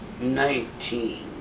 Nineteen